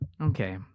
Okay